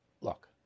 look